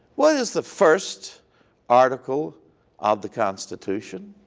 what is the first article of the constitution?